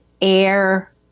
Air